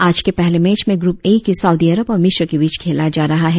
आज के पहले मैच में ग्रुप ए के सऊडी अरब और मिस्र के बीच खेला जा रहा है